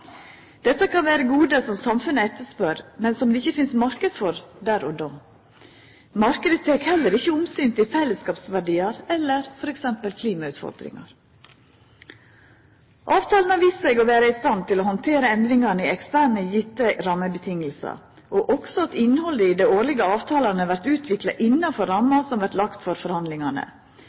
Dette kan vera gode som samfunnet etterspør, men som det ikkje finst marknad for der og då. Marknaden tek heller ikkje omsyn til fellesskapsverdiar eller f.eks. klimautfordringar. Avtalen har vist seg å vera i stand til å handtera endringane i eksternt gitte rammevilkår. Innhaldet i dei årlege avtalane vert også utvikla innanfor ramma som vert lagd for forhandlingane.